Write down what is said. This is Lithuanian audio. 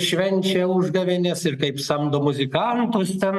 švenčia užgavėnes ir kaip samdo muzikantus ten